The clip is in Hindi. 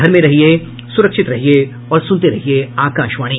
घर में रहिये सुरक्षित रहिये और सुनते रहिये आकाशवाणी